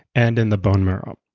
and in the bone marrow.